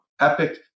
Epic